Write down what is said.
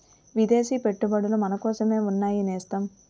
విదేశీ పెట్టుబడులు మనకోసమే ఉన్నాయి నేస్తం